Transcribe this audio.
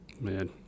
Man